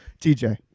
TJ